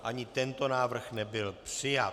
Ani tento návrh nebyl přijat.